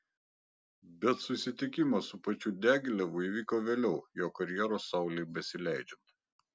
bet susitikimas su pačiu diagilevu įvyko vėliau jo karjeros saulei besileidžiant